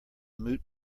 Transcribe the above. moot